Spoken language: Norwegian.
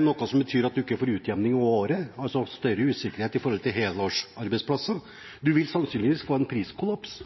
noe som betyr at man ikke får utjevning over året – altså større usikkerhet for helårsarbeidsplasser. Man vil sannsynligvis få en priskollaps.